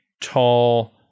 tall